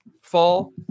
fall